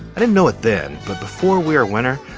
i didn't know it then, but before we're a winner,